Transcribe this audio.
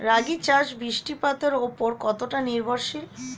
রাগী চাষ বৃষ্টিপাতের ওপর কতটা নির্ভরশীল?